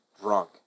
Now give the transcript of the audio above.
drunk